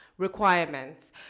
requirements